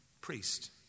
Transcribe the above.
priest